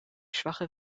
schwache